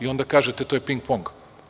Onda kažete – to je ping pong.